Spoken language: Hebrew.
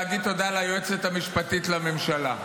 להגיד תודה ליועצת המשפטית לממשלה.